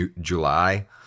July